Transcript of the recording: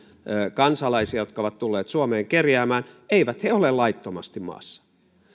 kansalaisia jotka ovat tulleet suomeen kerjäämään eivät he ole laittomasti maassa